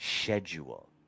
schedule